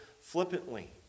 flippantly